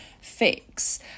fix